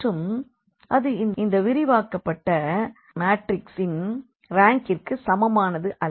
மற்றும் அது இந்த விரிவாக்கப்பட்ட மாற்றிக்ஸின் ரேங்கிற்கு சமமானது அல்ல